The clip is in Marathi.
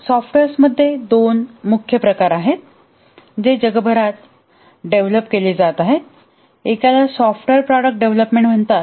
सॉफ़्ट्वेअर्सचे दोन मुख्य प्रकार आहेत जे जगभरात डेव्हलप केले जात आहेत एकाला सॉफ्टवेअर प्रॉडक्ट डेव्हलपमेंट म्हणतात